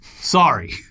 sorry